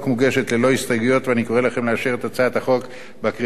ואני קורא לכם לאשר את הצעת החוק בקריאה השנייה ובקריאה השלישית.